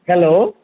hello